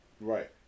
Right